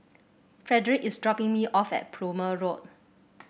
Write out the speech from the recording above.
Frederick is dropping me off at Plumer Road